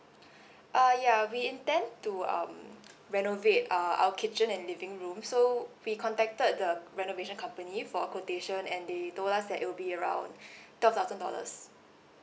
uh ya we intend to um renovate uh our kitchen and living room so we contacted the renovation company for a quotation and they told us that it will be around twelve thousand dollars